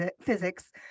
physics